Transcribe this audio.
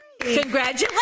Congratulations